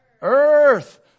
earth